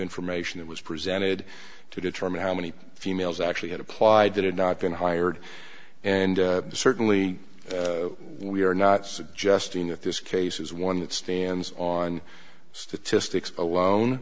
information that was presented to determine how many females actually had applied that had not been hired and certainly we are not suggesting that this case is one that stands on statistics alone